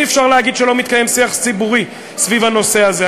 אי-אפשר להגיד שלא מתקיים שיח ציבורי סביב הנושא הזה.